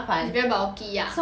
it's very bulky ah